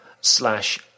slash